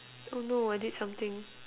oh no I did something